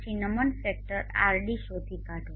પછી નમન factor Rd શોધી કાઢો